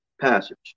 passage